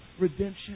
redemption